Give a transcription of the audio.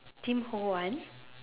Tim-Ho-Wan